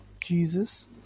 Jesus